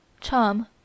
charm